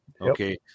Okay